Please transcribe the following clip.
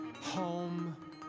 Home